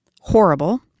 Horrible